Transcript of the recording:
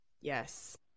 yes